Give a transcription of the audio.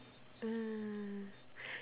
mm